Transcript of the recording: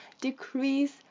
decrease